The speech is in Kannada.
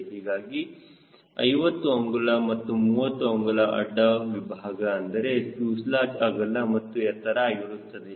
ಹೀಗಾಗಿ 50 ಅಂಗುಲ ಮತ್ತು 30 ಅಂಗುಲ ಅಡ್ಡ ವಿಭಾಗ ಅಂದರೆ ಫ್ಯೂಸೆಲಾಜ್ ಅಗಲ ಮತ್ತು ಎತ್ತರ ಆಗಿರುತ್ತದೆ